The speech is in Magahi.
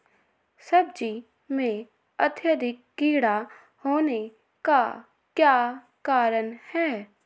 सब्जी में अत्यधिक कीड़ा होने का क्या कारण हैं?